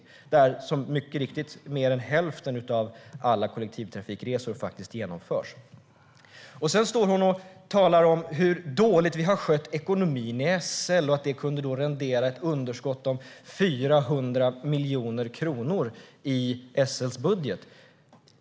Mycket riktigt är det i Stockholmsregionen som mer än hälften av alla kollektivtrafikresor genomförs. Sedan står Teres Lindberg och talar om hur dåligt vi har skött ekonomin i SL och att det kunde rendera ett underskott om 400 miljoner kronor i SL:s budget.